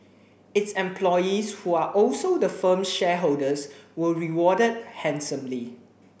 its employees who are also the firm's shareholders were rewarded handsomely